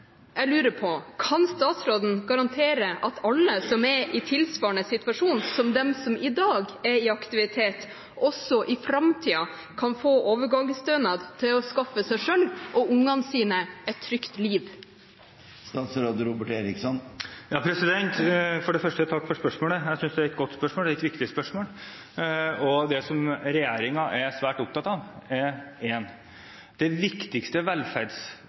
Jeg lurer på: Kan statsråden garantere at alle som er i samme situasjon som dem som i dag er i aktivitet, også i framtiden kan få overgangsstønad til å skaffe seg selv og ungene sine et trygt liv? Først: Takk for spørsmålet. Jeg synes det er et godt og viktig spørsmål. Det regjeringen er svært opptatt av, er: Den viktigste velferdspolitikken man kan føre, er å sørge for at folk blir selvforsørget gjennom egen inntekt. Derfor er det